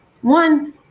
one